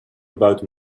about